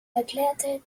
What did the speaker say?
erklärte